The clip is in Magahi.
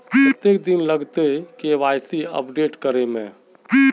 कते दिन लगते के.वाई.सी अपडेट करे में?